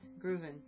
grooving